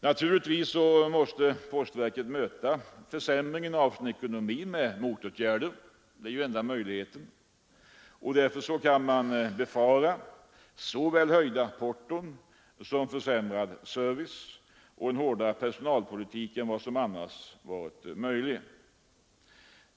Naturligtvis måste postverket möta försämringen av sin ekonomi med motåtgärder; det är ju enda möjligheten. Därför kan man befara såväl höjda porton som försämrad service och en hårdare personalpolitik än vad som annars varit möjligt.